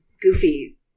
goofy